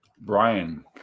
Brian